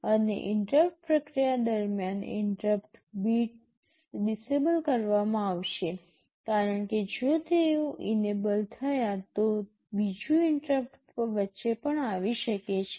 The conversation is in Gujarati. અને ઇન્ટરપ્ટ પ્રક્રિયા દરમ્યાન ઇન્ટરપ્ટ બિટ્સ ડિસેબલ કરવામાં આવશે કારણ કે જો તેઓ ઈનેબલ થયા છે તો બીજું ઇન્ટરપ્ટ વચ્ચે પણ આવી શકે છે